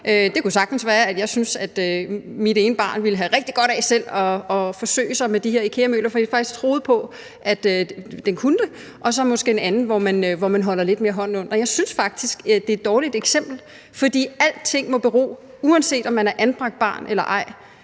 Det kunne sagtens være, at jeg syntes, at mit ene barn ville have rigtig godt af selv at forsøge sig med de her IKEA-møbler, fordi jeg faktisk troede på, at det kunne det, og så er der måske en anden, som man holder hånden lidt mere under. Jeg synes faktisk, det er et dårligt eksempel, for alting, uanset om man er et anbragt barn eller ej